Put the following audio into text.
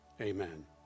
Amen